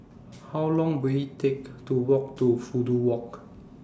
How Long Will IT Take to Walk to Fudu Walk